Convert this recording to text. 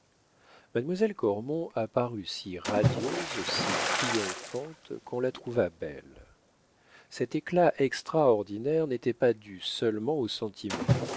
mademoiselle cormon apparut si radieuse si triomphante qu'on la trouva belle cet éclat extraordinaire n'était pas dû seulement au sentiment